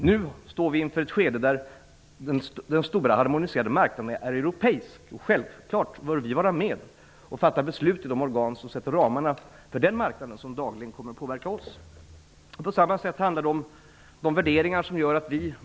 Nu står vi inför ett skede där den stora harmoniserade marknaden är europeisk. Självfallet bör vi då vara med att fatta beslut i de organ som sätter ramarna för den marknad som dagligen kommer att påverka oss. Det handlar om värderingar.